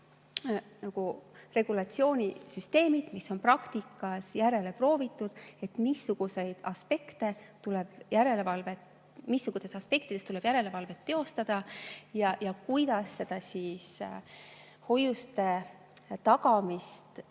regulatsioonisüsteemid, mis on praktikas järele proovitud, et missugustes aspektides tuleb järelevalvet teostada ja kuidas hoiuseid tagada.